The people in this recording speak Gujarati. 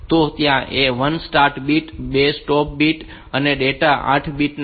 તો ત્યાં 1 સ્ટાર્ટ બીટ 2 સ્ટોપ બિટ્સ અને ડેટા ના 8 બિટ્સ છે